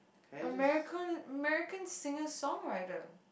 America American singer songwriter